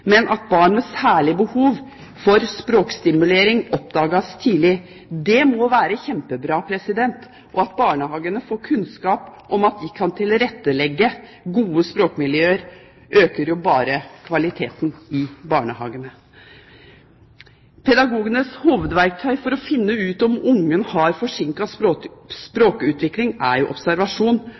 men at barn med særlige behov for språkstimulering oppdages tidlig. Det må da være kjempebra! At barnehagene får kunnskap som gjør at de kan tilrettelegge gode språkmiljøer, øker jo bare kvaliteten i barnehagene. Pedagogenes hovedverktøy for å finne ut om barna har forsinket språkutvikling, er observasjon.